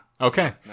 Okay